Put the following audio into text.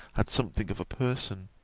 had something of a person